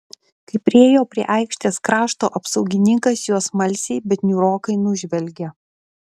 kai priėjo prie aikštės krašto apsaugininkas juos smalsiai bet niūrokai nužvelgė